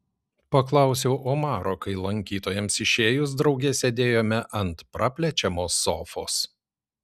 paklausiau omaro kai lankytojams išėjus drauge sėdėjome ant praplečiamos sofos